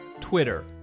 Twitter